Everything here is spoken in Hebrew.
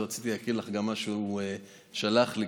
אז רציתי להקריא לך גם את מה שהוא שלח לי,